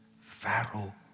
Pharaoh